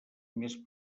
més